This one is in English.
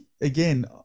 again